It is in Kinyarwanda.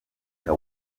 leta